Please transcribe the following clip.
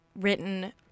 written